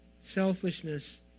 selfishness